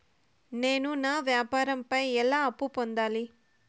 నేను నా వ్యాపారం పై ఎలా అప్పు పొందాలి?